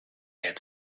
had